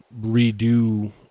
redo